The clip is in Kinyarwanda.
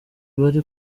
bari